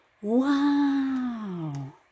Wow